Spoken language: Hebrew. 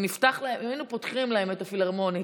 אם היינו פותחים להם את הפילהרמונית,